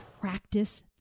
practice